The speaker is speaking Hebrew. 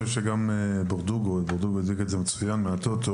ברדוגו מהטוטו הגדיר זאת מצוין.